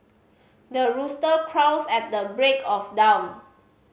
the rooster crows at the break of dawn